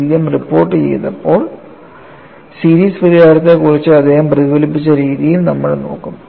William റിപ്പോർട്ടുചെയ്തപ്പോൾ series പരിഹാരത്തെക്കുറിച്ച് അദ്ദേഹം പ്രതിഫലിപ്പിച്ച രീതിയും നമ്മൾ നോക്കും